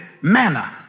manna